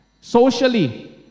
Socially